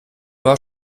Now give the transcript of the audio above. war